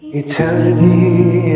eternity